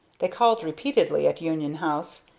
they called repeatedly at union house,